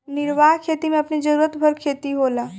निर्वाह खेती में अपनी जरुरत भर खेती होला